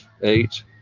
eight